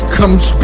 comes